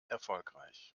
erfolgreich